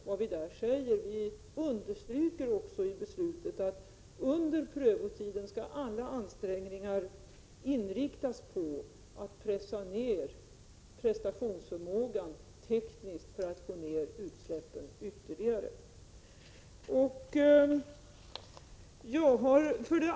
Vi understryker också i beslutet att under prövotiden skall alla ansträngningar inriktas på att öka prestationsförmågan tekniskt för att man skall kunna få ned utsläppen ytterligare.